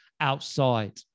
outside